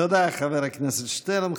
תודה, חבר הכנסת שטרן.